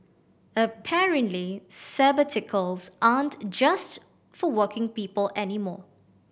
apparently sabbaticals aren't just for working people anymore